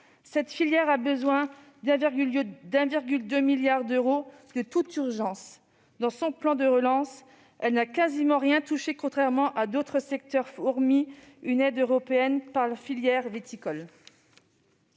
Cette filière a besoin de 1,2 milliard d'euros, de toute urgence, au titre du plan de relance. Elle n'a quasiment rien touché, contrairement à d'autres secteurs, hormis une aide européenne pour la filière viticole.